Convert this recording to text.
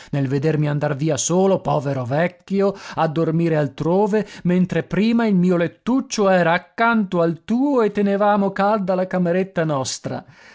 nel vedermi andar via solo povero l'uomo solo luigi pirandello vecchio a dormire altrove mentre prima il mio lettuccio era accanto al tuo e tenevamo calda la cameretta nostra